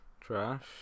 trash